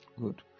good